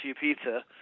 Pizza